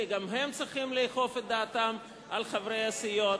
כי גם הן צריכות לאכוף את דעתן על חברי הסיעות.